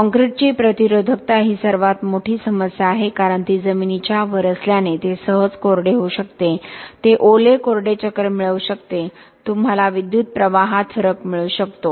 काँक्रीटची प्रतिरोधकता ही सर्वात मोठी समस्या आहे कारण ती जमिनीच्या वर असल्याने ते सहज कोरडे होऊ शकते ते ओले कोरडे चक्र मिळवू शकते तुम्हाला विद्युत प्रवाहात फरक मिळू शकतो